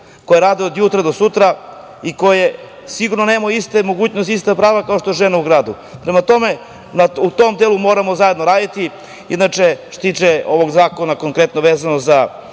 koje rade od jutra do sutra i koje sigurno nemaju iste mogućnosti, ista prava kao žena u gradu. Prema tome, u tom delu moramo zajedno raditi. Inače, što se tiče ovog zakona, konkretno vezano za